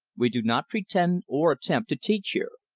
we do not pretend or attempt to teach here.